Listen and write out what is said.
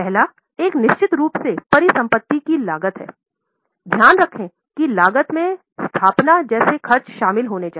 पहला एक निश्चित रूप से परिसंपत्ति की लागत है ध्यान रखें कि लागत में स्थापना जैसे खर्च शामिल होने चाहिए